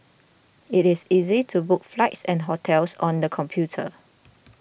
it is easy to book flights and hotels on the computer